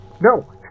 No